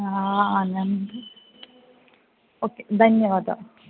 अनन्तरं okay धन्यवादः